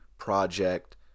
project